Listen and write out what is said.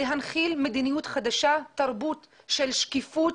להנחיל מדיניות חדשה, תרבות של שקיפות,